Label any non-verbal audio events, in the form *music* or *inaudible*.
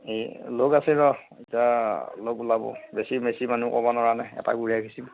এই লগ আছে ৰ' এতিয়া লগ ওলাব বেছি বেছি মানুহ ক'ব *unintelligible*